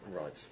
Right